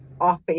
off